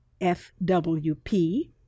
FWP